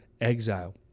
exile